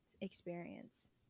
experience